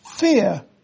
Fear